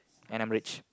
and I'm rich